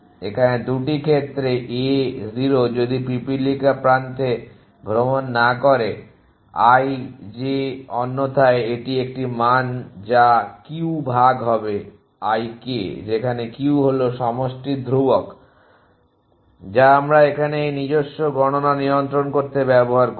এখানে 2টি ক্ষেত্রে a 0 যদি পিপীলিকা প্রান্তে ভ্রমণ না করে i j অন্যথায় এটি একটি মান যা q ভাগ হবে l k যেখানে q হল সমষ্টি ধ্রুবক যা আমরা এখানে এই নিজস্ব গণনা নিয়ন্ত্রণ করতে ব্যবহার করি